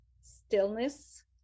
stillness